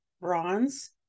bronze